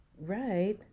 right